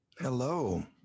Hello